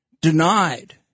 denied